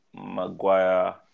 Maguire